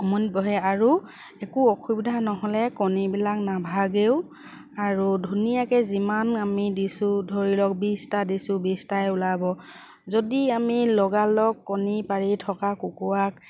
উমনিত বহে আৰু একো অসুবিধা নহ'লে কণীবিলাক নাভাগেও আৰু ধুনীয়াকে যিমান আমি দিছোঁ ধৰি লওক বিছটা দিছোঁ বিছটাই ওলাব যদি আমি লগালগ কণী পাৰি থকা কুকুৰাক